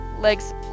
legs